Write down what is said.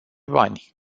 bani